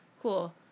Cool